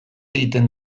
egiten